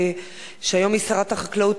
שהיום היא שרת החקלאות,